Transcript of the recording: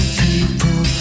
people